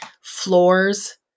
floors